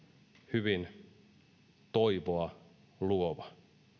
hyvin toivoa luova